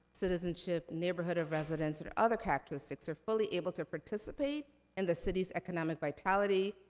citizenship, neighborhood of residence, or other characteristics, are fully able to participate in the city's economic vitality,